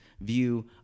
view